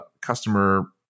customer